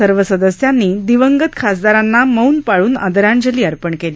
सर्व सदस्यांनी दिवंगत खासदारांना मौन पाळून आदरांजली अर्पण केली